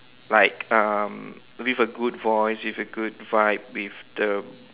like um with a good voice with a good vibe with the